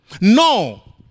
No